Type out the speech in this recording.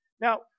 Now